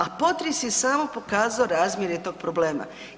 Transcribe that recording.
A potres je samo pokazao razmjere tog problema.